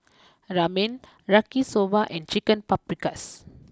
Ramen Yaki Soba and Chicken Paprikas